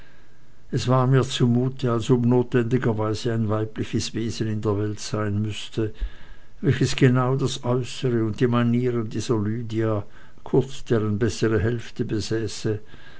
es war mir zu mute als ob notwendigerweise ein weibliches wesen in der welt sein müßte welches genau das äußere und die manieren dieser lydia kurz deren bessere hälfte